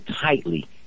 tightly